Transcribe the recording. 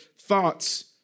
thoughts